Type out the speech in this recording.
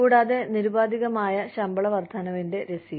കൂടാതെ നിരുപാധികമായ ശമ്പള വർദ്ധനവിന്റെ രസീത്